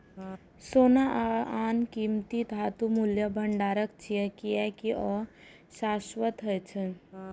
सोना आ आन कीमती धातु मूल्यक भंडार छियै, कियै ते ओ शाश्वत होइ छै